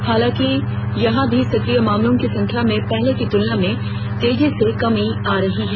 हालांकि यहां भी सक्रिय मामलों की संख्या में पहले की तुलना में तेजी से कमी आ रही है